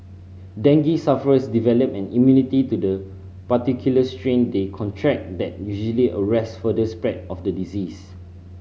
dengue sufferers develop an immunity to the particular strain they contract that usually arrest further spread of the disease